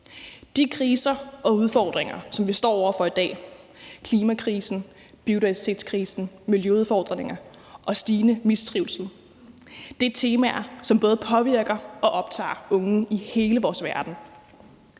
De kriser og udfordringer, som vi står over for i dag, altså klimakrisen, biodiversitetskrisen, miljøudfordringerne og den stigende mistrivsel, er temaer, som både påvirker og optager unge i hele vores verden.